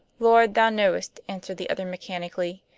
lord thou knowest, answered the other mechanically.